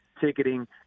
ticketing